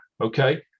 Okay